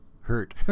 hurt